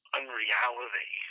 unreality